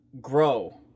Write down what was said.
grow